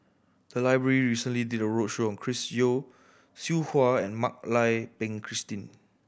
the library recently did a roadshow on Chris Yeo Siew Hua and Mak Lai Peng Christine